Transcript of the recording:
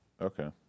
Okay